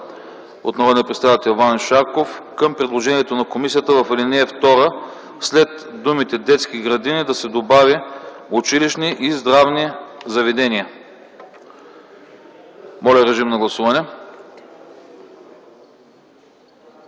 от народния представител Ваньо Шарков - към предложението на комисията, в ал. 2 след думите „детски градини” да се добави „училищни и здравни заведения”. Моля, режим на гласуване.